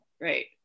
right